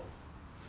yeah